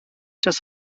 das